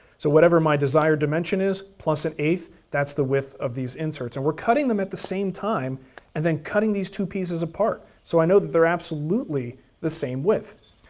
so whatever my desired dimension is, plus one eight, that's the width of these inserts. and we're cutting them at the same time and then cutting these two pieces apart so i know that they're absolutely the same width.